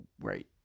right